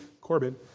Corbin